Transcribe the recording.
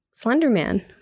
Slenderman